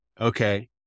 Okay